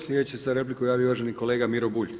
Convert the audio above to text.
Sljedeći se za repliku javio uvaženi kolega Miro Bulj.